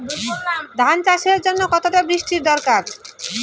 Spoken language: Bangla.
ধান চাষের জন্য কতটা বৃষ্টির দরকার?